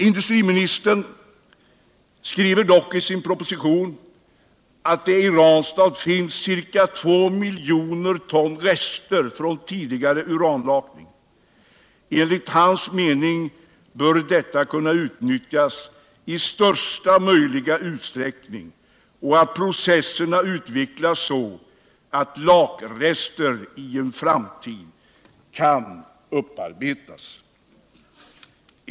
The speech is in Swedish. Industriministern säger dock i propositionen att det i Ranstuad finns ca 2 milj. ton rester från tidigare uranlakning. Enligt hans mening bör detta kunna utnytljas i största möjliga utsträckning och processerna utvecklas så att lakrester i en framtid kan upparbetas.